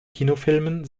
kinofilmen